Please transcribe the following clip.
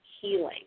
healing